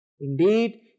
Indeed